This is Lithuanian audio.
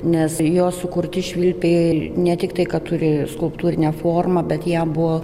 nes jo sukurti švilpiai ne tiktai kad turėjo skulptūrinę formą bet jam buvo